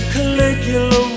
Caligula